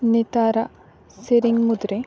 ᱱᱮᱛᱟᱨᱟᱜ ᱥᱮᱨᱮᱧ ᱢᱩᱫᱽ ᱨᱮ